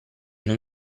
non